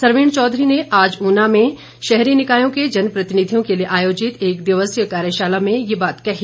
सरवीण चौधरी ने आज ऊना में शहरी निकायों के जनप्रतिनिधियों के लिए आयोजित एक दिवसीय कार्यशाला में यह बात कही